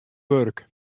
wurk